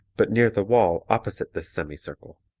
but near the wall opposite this semi-circle.